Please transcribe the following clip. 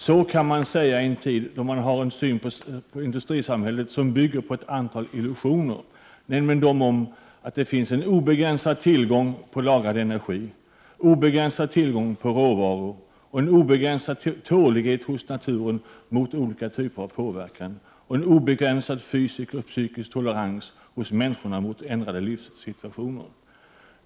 Så kan man säga i en tid då synen på industrisamhället bygger på ett antal illusioner, nämligen att det finns en obegränsad tillgång på lagrad energi, en obegränsad tillgång på råvaror, en obegränsad tålighet hos naturen mot olika typer av påverkan och en obegränsad fysisk och psykisk tolerans hos människorna mot ändrade livsbetingeler.